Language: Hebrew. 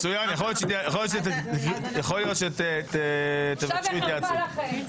מצוין, יכול להיות שתבקשו התייעצות.